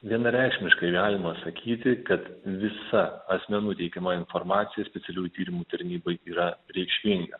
vienareikšmiškai galima sakyti kad visa asmenų teikiama informacija specialiųjų tyrimų tarnybai yra reikšminga